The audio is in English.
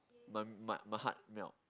my my heart melt